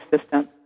system